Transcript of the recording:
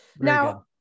Now